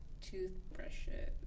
Toothbrushes